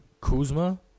Kuzma